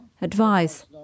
Advice